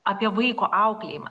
apie vaiko auklėjimą